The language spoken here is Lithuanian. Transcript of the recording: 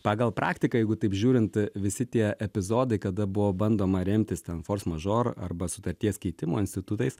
pagal praktiką jeigu taip žiūrint visi tie epizodai kada buvo bandoma remtis ten fors mažor arba sutarties keitimo institutais